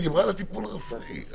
היא דיברה על הטיפול הרפואי.